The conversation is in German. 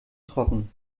trocken